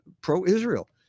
pro-Israel